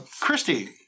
Christy